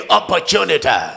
opportunity